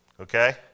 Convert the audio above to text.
Okay